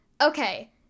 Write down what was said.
okay